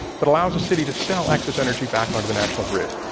but allows the city to sell excess energy back onto the national grid.